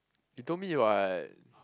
he told me what